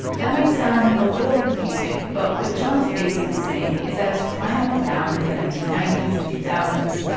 that might sound a little confusing, but what john's basically saying is that as crime went down in the nineteen ninety s and two thousand